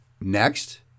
Next